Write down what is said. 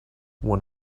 want